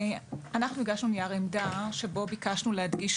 אנחנו הגשנו נייר עמדה שבו ביקשנו להדגיש